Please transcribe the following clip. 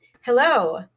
Hello